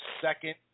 second